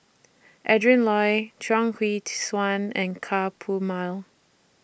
Adrin Loi Chuang Hui Tsuan and Ka Perumal